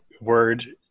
word